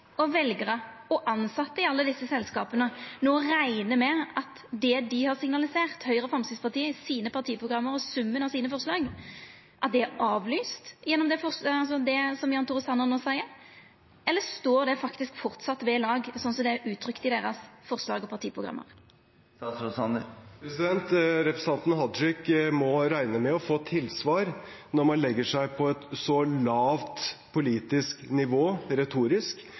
og veljarar og tilsette i alle desse selskapa no rekna med at det Høgre og Framstegspartiet har signalisert i sine partiprogram og summen av deira forslag, er avlyst gjennom det som Jan Tore Sanner no seier, eller står det faktisk framleis ved lag slik som det er uttrykt i deira forslag og partiprogram? Representanten Tajik må regne med å få tilsvar når man legger seg på et så lavt politisk nivå retorisk